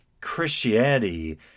Christianity